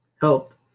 helped